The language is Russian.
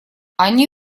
они